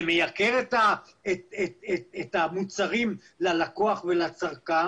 זה מייקר את המוצרים ללקוח ולצרכן.